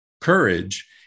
courage